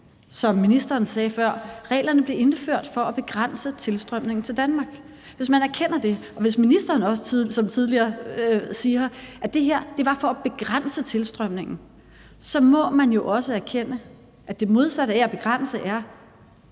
som ministeren sagde før, fordi reglerne blev indført for at begrænse tilstrømningen til Danmark. Hvis man erkender det, som ministeren jo også sagde tidligere, nemlig at det her er for at begrænse tilstrømningen, så må man jo også erkende, at det modsatte af at begrænse er,